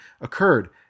occurred